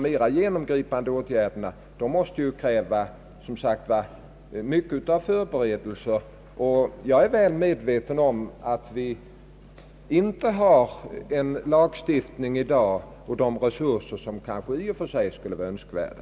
Mera genomgripande åtgärder måste dock som sagt kräva stora förberedelser. Jag är väl medveten om att vi i dag inte har den lagstiftning och de resurser som i och för sig skulle kunna vara önskvärda.